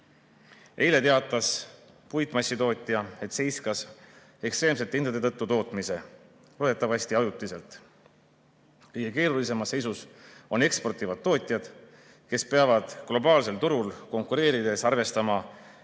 Eile teatas puitmassitootja, et seiskas ekstreemsete hindade tõttu tootmise – loodetavasti ajutiselt. Kõige keerulisemas seisus on eksportivad tootjad, kes peavad globaalsel turul konkureerides arvestama